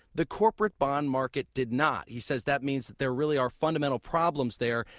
the corporate bond market did not. he says that means that there really are fundamental problems there.